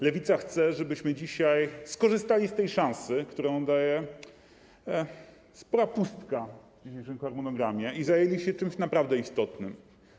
Lewica chce, żebyśmy dzisiaj skorzystali z szansy, jaką daje spora pustka w dzisiejszym harmonogramie, i zajęli się czymś naprawdę istotnym.